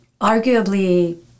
arguably